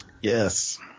Yes